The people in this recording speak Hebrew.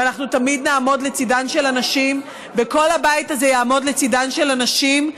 ואנחנו תמיד נעמוד לצידן של הנשים וכל הבית הזה יעמוד לצידן של הנשים.